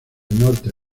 norte